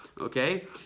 Okay